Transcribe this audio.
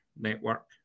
network